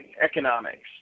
economics